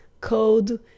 code